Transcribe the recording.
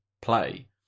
play